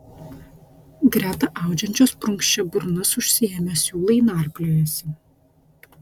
greta audžiančios prunkščia burnas užsiėmę siūlai narpliojasi